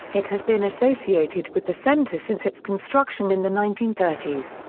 it has been associated with the center since its construction in the nineteen thirty s.